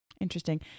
interesting